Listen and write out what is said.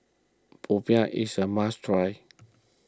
Popiah is a must try